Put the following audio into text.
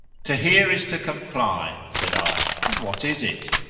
to hear is to comply, said i. and what is it?